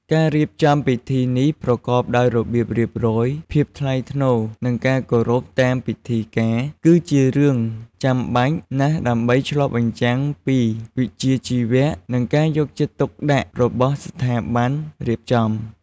ការរៀបចំពិធីនេះប្រកបដោយរបៀបរៀបរយ ភាពថ្លៃថ្នូរ និងការគោរពតាមពិធីការ គឺជារឿងចាំបាច់ណាស់ដើម្បីឆ្លុះបញ្ចាំងពីវិជ្ជាជីវៈ និងការយកចិត្តទុកដាក់របស់ស្ថាប័នរៀបចំ។